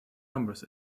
numbers